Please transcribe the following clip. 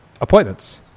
appointments